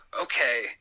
okay